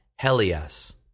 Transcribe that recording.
Helias